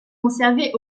conservée